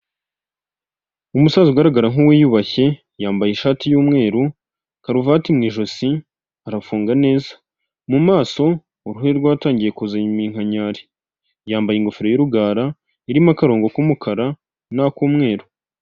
Umusaza ugaragara nk'uwiyubashye, yambaye ishati y'umweru, karuvati mu ijosi, arafunga neza. Mu maso, uruhu rwe rwatangiye kuzana iminkanyari. Yambaye ingofero y'urugara, irimo akarongo k'umukara, n'ak'umweru.